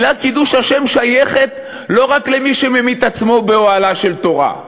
המילה "קידוש השם" שייכת לא רק למי שממית את עצמו באוהלה של תורה.